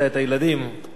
אולי תספר לי אחר כך.